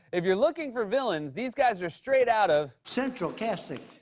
if you're looking for villains, these guys are straight out of. central casting.